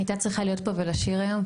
היא הייתה להיות פה ולשיר היום.